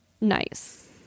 nice